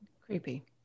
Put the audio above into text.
Creepy